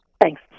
Thanks